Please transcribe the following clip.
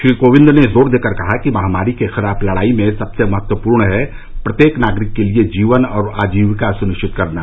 श्री कोविंद ने जोर देकर कहा कि महामारी के खिलाफ लडाई में सबसे महत्वपूर्ण है प्रत्येक नागरिक के लिए जीवन और आजीविका सुनिश्चित करना